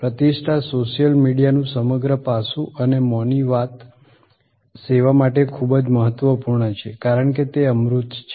પ્રતિષ્ઠા સોશિયલ મીડિયાનું સમગ્ર પાસું અને મોંની વાત સેવા માટે ખૂબ જ મહત્વપૂર્ણ છે કારણ કે તે અમૂર્ત છે